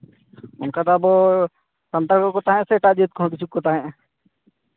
ᱚᱱᱠᱟ ᱫᱚ ᱟᱫᱚ ᱥᱟᱱᱛᱟᱲ ᱠᱚᱠᱚ ᱛᱟᱦᱮᱸ ᱠᱟᱱᱟ ᱥᱮ ᱮᱴᱟᱜ ᱡᱟᱹᱛ ᱠᱚᱦᱚᱸ ᱠᱤᱪᱷᱩ ᱠᱚ ᱛᱟᱦᱮᱸᱜᱼᱟ